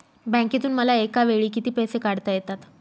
बँकेतून मला एकावेळी किती पैसे काढता येतात?